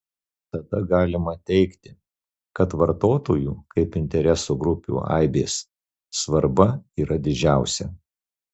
tada galima teigti kad vartotojų kaip interesų grupių aibės svarba yra didžiausia